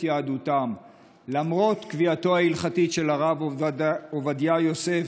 יהדותם למרות קביעתו ההלכתית של הרב עובדיה יוסף,